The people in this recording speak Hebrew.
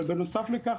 אבל בנוסף לכך,